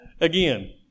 again